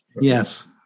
Yes